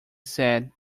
said